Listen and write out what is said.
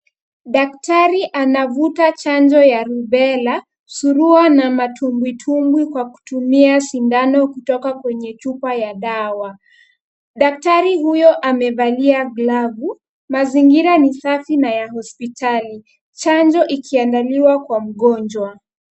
Daktari anavuta chanjo ya rubela, surua na matumbwitumbwi kwa kutumia sindano kutoka kwenye chupa ya dawa. Daktari huyo amevalia glavu. Mazingira ni safi na ya hospitali, chanjo ikiandaliwa kwa mgonjwa.